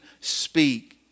speak